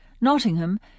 Nottingham